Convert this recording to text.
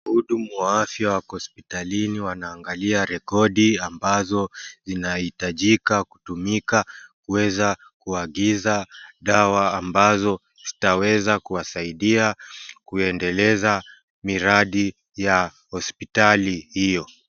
Wahudumu wa afya wako hospitalini wanaangalia rekodi ambazo zinahitajika kutumika kuweza kuagiza dawa ambazo zitaweza kuwasaidia kuendeleza miradi ya hospitali hiyo.